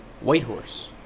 Whitehorse